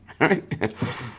right